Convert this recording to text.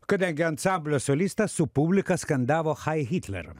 kadangi ansamblio solistas su publika skandavo chai hitler